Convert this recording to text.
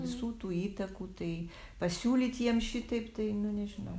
visų tų įtakų tai pasiūlyt jiem šitaip tai nu nežinau